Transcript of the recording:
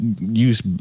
use